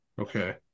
Okay